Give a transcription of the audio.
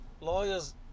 Lawyers